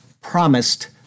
Promised